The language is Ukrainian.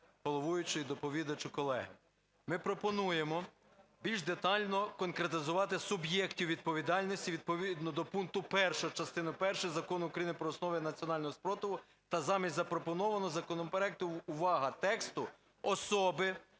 головуючий, доповідачу, колеги, ми пропонуємо більш детально конкретизувати суб'єктів відповідальності відповідно до пункту 1 частини першої Закону України "Про основи національного спротиву" та замість запропонованого законопроектом, увага, тексту "особи,